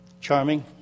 charming